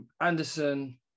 Anderson